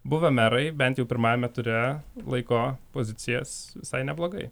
buvę merai bent jau pirmajame ture laiko pozicijas visai neblogai